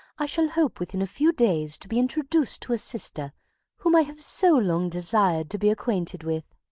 i shall hope within a few days to be introduced to a sister whom i have so long desired to be acquainted with.